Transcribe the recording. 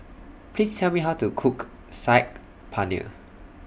Please Tell Me How to Cook Saag Paneer